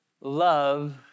love